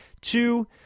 Two